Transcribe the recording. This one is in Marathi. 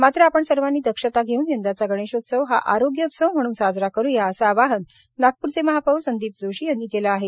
मात्र आपण सर्वांनी दक्षता घेउन यंदाचा गणेशोत्सव हा आरोग्योत्सव म्हणून करूया असे आवाहन नागपूरचे महापौर संदीप जोशी यांनी केले आहे